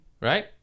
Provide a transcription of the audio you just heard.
right